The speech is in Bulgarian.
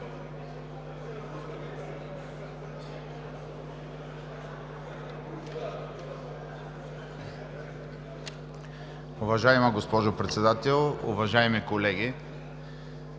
Уважаема госпожо Председател, уважаеми дами